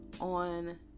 on